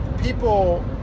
people